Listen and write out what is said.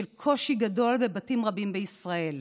של קושי גדול בבתים רבים בישראל.